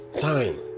time